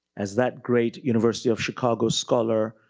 as that great university of chicago scholar,